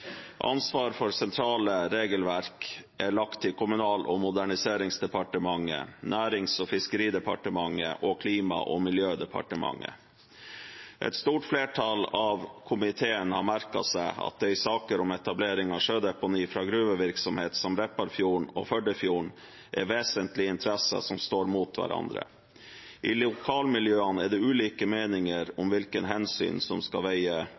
Ansvar for sentrale regelverk er lagt til Kommunal- og moderniseringsdepartementet, Nærings- og fiskeridepartementet og Klima- og miljødepartementet. Et stort flertall i komiteen har merket seg at det i saker om etablering av sjødeponi fra gruvevirksomhet, som Repparfjorden og Førdefjorden, er vesentlige interesser som står mot hverandre. I lokalmiljøene er det ulike meninger om hvilke hensyn som skal veie